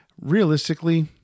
Realistically